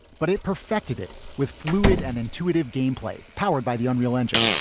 but it perfected it with fluid and intuitive gameplay. powered by the unreal engine,